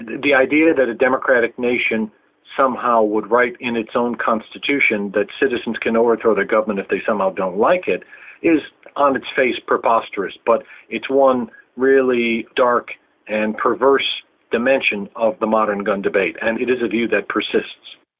and the idea that a democratic nation somehow would write in its own constitution that citizens can overthrow the government if they somehow don't like it is on its face preposterous, but it's one really dark and perverse dimension of the modern gun debate, and it is a view that persists.